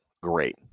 great